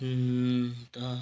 अन्त